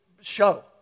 show